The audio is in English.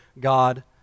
God